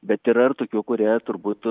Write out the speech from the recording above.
bet yra ir tokių kurie turbūt